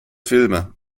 filme